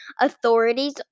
authorities